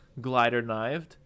glider-knived